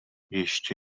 ještě